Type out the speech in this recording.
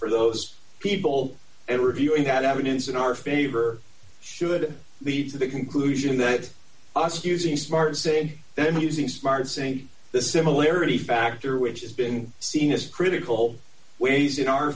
for those people and reviewing that evidence in our favor should be to the conclusion that us using smart saying then using smart saying the similarity factor which has been seen as critical ways in our